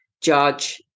judge